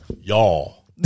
Y'all